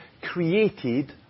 created